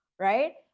Right